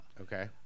Okay